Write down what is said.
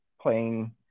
playing